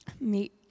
meet